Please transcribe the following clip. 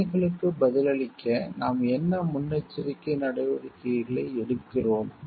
கடமைகளுக்கு பதிலளிக்க நாம் என்ன முன்னெச்சரிக்கை நடவடிக்கைகளை எடுக்கிறோம்